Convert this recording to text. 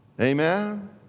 Amen